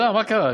מה קרה?